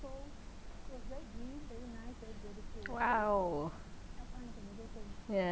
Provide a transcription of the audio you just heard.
!wow! yeah